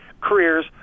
careers